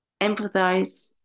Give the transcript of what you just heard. Empathize